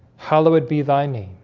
hallowed be thy name